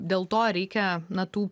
dėl to reikia na tų